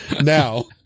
now